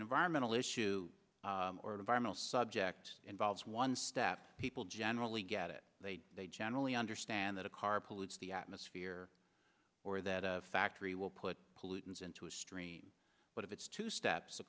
an environmental issue or a viral subject involves one step people generally get it they generally understand that a car pollutes the atmosphere or that a factory will put pollutants into a stream but if it's two steps